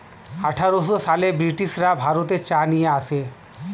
আঠারোশো সালে ব্রিটিশরা ভারতে চা নিয়ে আসে